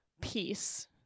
peace